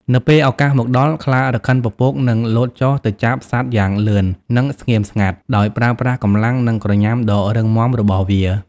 នៅពេលឱកាសមកដល់ ខ្លារខិនពពកនឹង លោតចុះទៅចាប់សត្វយ៉ាងលឿន និងស្ងៀមស្ងាត់ ដោយប្រើប្រាស់កម្លាំង និងក្រញាំដ៏រឹងមាំរបស់វា។